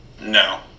No